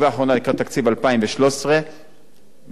ובעזרת השם כשיהיה תקציב חד-שנתי, תעשו לנו טובה,